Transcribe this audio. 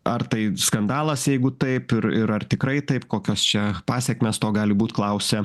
ar tai skandalas jeigu taip ir ir ar tikrai taip kokios čia pasekmės to gali būt klausia